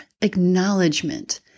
acknowledgement